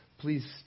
Please